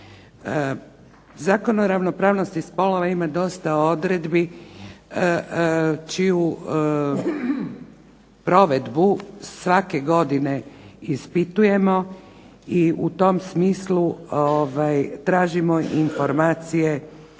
Zakon o ravnopravnosti spolova ima dosta odredbi čiju provedbu svake godine ispitujemo i u tom smislu tražimo informacije